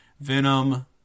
Venom